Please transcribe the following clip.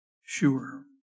sure